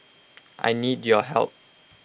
I need your help